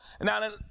now